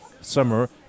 summer